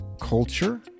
culture